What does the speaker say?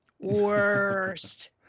worst